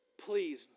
Please